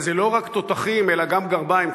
וזה לא רק תותחים אלא גם גרביים,